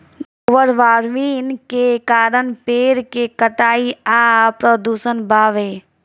global warming के कारण पेड़ के कटाई आ प्रदूषण बावे